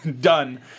Done